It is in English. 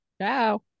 Ciao